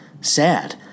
sad